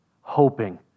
Hoping